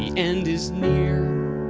end is near.